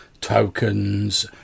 tokens